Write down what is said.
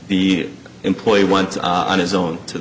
the employee went on his own to